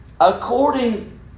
according